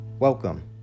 Welcome